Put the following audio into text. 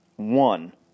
one